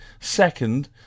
Second